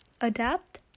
adapt